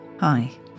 Hi